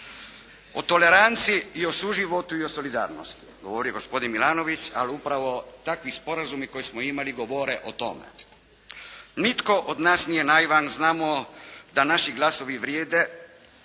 O toleranciji i o suživotu i o solidarnosti govori gospodin Milanović, ali upravo takvi sporazumi koje smo imali, govore o tome. Nitko od nas nije naivan, znamo da naši glasovi vrijede